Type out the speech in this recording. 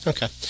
Okay